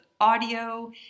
audio